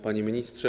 Panie Ministrze!